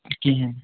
کِہیٖنٛۍ